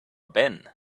ben